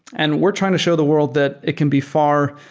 and we're trying to show the world that it can be far,